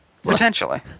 Potentially